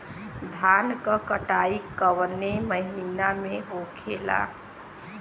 धान क कटाई कवने महीना में होखेला?